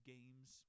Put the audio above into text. Games